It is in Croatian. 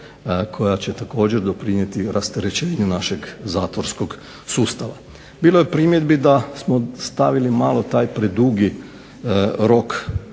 koja će također doprinijeti rasterećenju našeg zatvorskog sustava. Bilo je primjedbi da smo stavili malo taj predugi rok